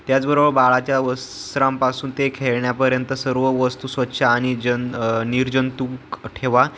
त्याचबरोबर बाळाच्या वस्रांपासून ते खेळण्यापर्यंत सर्व वस्तू स्वच्छ आणि जन निर्जंतूक ठेवा